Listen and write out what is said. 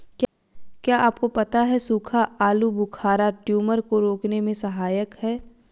क्या आपको पता है सूखा आलूबुखारा ट्यूमर को रोकने में सहायक है?